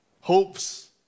Hopes